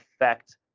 affect